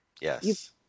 Yes